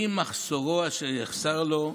"די מחסורו אשר יחסר לו",